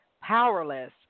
powerless